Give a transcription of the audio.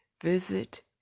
visit